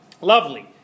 Lovely